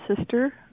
sister